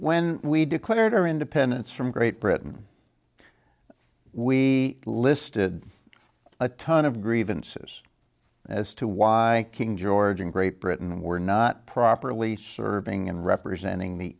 when we declared our independence from great britain we listed a ton of grievances as to why king george and great britain were not properly serving and representing the